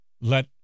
let